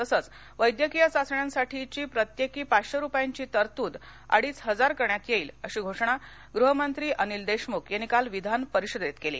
तसंच वैद्यकीय चाचण्यांसाठीची प्रत्येकी पाचशे रूपयांची तरतूद अडीच हजार करण्यात येईल अशी घोषणा गृहमंत्री अनिल देशमुख यांनी काल विधानपरिषदेत केली